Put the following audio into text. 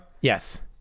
yes